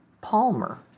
Palmer